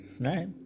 Right